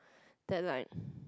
that like